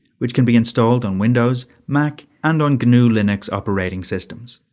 which can be installed on windows, mac and on gnu linux operating systems.